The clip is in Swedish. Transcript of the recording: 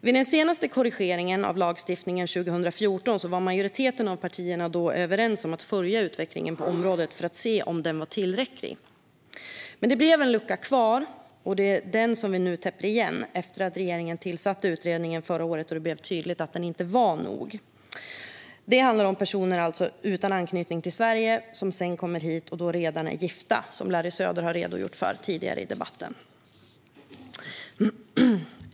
Vid den senaste korrigeringen av lagstiftningen 2014 var majoriteten av partierna överens om att följa utvecklingen på området för att se om den var tillräcklig. Det blev dock en lucka kvar, och det är den vi nu täpper igen, efter att regeringen tillsatte en utredning förra året då det blev tydligt att korrigeringen inte var nog. Det handlar alltså om personer som inte har anknytning till Sverige och som kommer hit och redan är gifta, som Larry Söder redogjorde för tidigare i debatten.